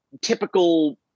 typical